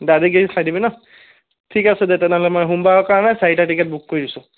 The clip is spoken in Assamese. দাদাগিৰি চাই দিবি ন ঠিক আছে দে তেনেহ'লে মই সোমবাৰৰ কাৰণে চাৰিটা টিকেট বুক কৰি দিছোঁ